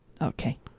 Okay